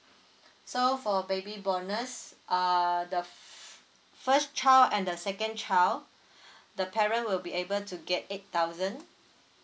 so for baby bonus err the f~ first child and the second child the parent will be able to get eight thousand